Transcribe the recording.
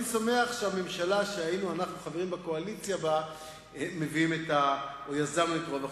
אני שמח שהממשלה שאנחנו היינו חברים בקואליציה שלה יזמה את רוב החוקים.